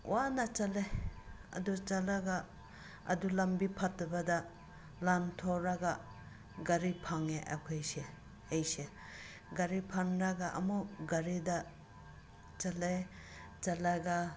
ꯋꯥꯅ ꯆꯠꯂꯦ ꯑꯗꯨ ꯆꯠꯂꯒ ꯑꯗꯨ ꯂꯝꯕꯤ ꯐꯠꯇꯕꯗ ꯂꯥꯟꯊꯣꯛꯂꯒ ꯒꯥꯔꯤ ꯐꯪꯉꯦ ꯑꯩꯈꯣꯏꯁꯦ ꯑꯩꯁꯦ ꯒꯥꯔꯤ ꯐꯪꯂꯒ ꯑꯃꯨꯛ ꯒꯥꯔꯤꯗ ꯆꯠꯂꯦ ꯆꯠꯂꯒ